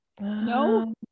No